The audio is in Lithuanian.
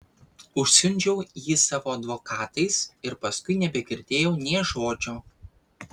užsiundžiau jį savo advokatais ir paskui nebegirdėjau nė žodžio